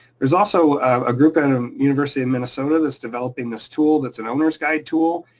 there's also a group at um university of minnesota that's developing this tool that's an owner's guide tool,